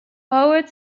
howard